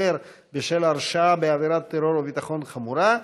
להיבחר בשל הרשעה בעבירת טרור או ביטחון חמורה),